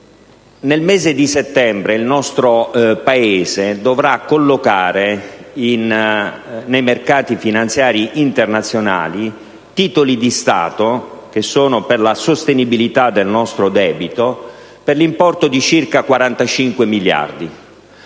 Nel mese di settembre il nostro Paese dovrà collocare sui mercati finanziari internazionali titoli di Stato, per la sostenibilità del nostro debito, per un importo di circa 45 miliardi.